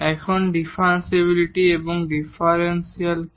এখন ডিফারেন্সিবিলিটি এবং ডিফারেন্সিয়াল কি